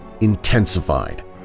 intensified